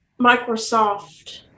Microsoft